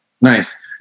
Nice